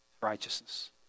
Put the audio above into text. Righteousness